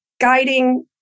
guiding